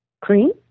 Cream